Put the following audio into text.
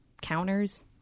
counters